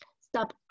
Stop